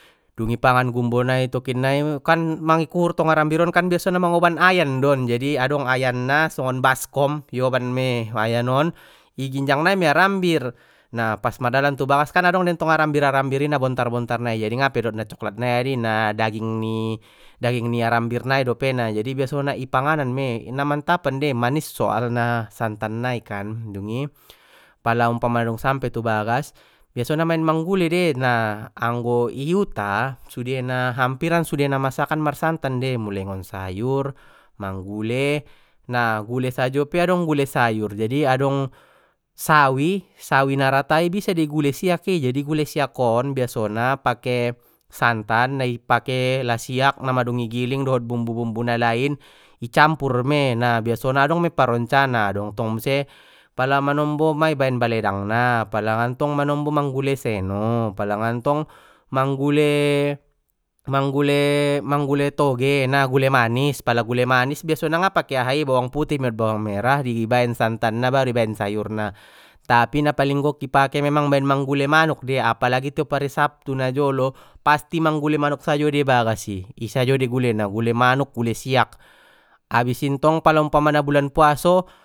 Dung i pangan gumbo nai tokinnai kan mang i kuhur arambir on biasano mangoban ayan don jado adong ayanna songon baskom ioban mei ayan on i ginjang nai mei arambir na pas mardalan tu bagas kan adong dei tong arambir arambir na bontar bontar nai jadi ngape dot na coklat nai adi na daging ni-daging ni arambir nai dopena jadi biasona i panganan mei na mantap an dei manis soalna santan nai kan dungi pala umpamana dung sampe tu bagas biasana baen manggule dei na anggo i huta sudena hampiran sudena masakan marsantan dei muloi ngon sayur manggule na gule sajo pe adong gule sayur jadi adong sawi sawi na rata i bisa dei i gule siak i jadi gule siak on biasona pake santan nai pake lasiak na madung i giling dot bumbu bumbu na lain i campur mei na biasona adong mei paroncana adong tong muse pala manombo ma i baen baledang na pala ngantong manombo manggule seno pala ngantong manggule manggule-manggule toge na gule manis pala gule manis biasona ngapake aha i bawang putih mei dot bawang merah i baen santan na baru i baen sayurna tapi na paling gok i pake memang baen manggule manuk dei apalagi tiop ari sabtu na jolo pasti manggule manuk sajo dei i bagas i i sajo dei gulena gule manuk gule siak abis ntong pala umpamana bulan puaso.